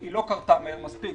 היא לא קמה מהר מספיק,